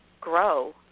grow